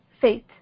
faith